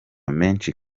menshi